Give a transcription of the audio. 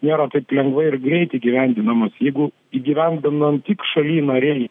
nėra taip lengvai ir greit įgyvendinamos jeigu įgyvendinant tik šaly narėj